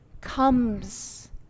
comes